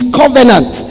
covenant